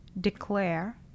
declare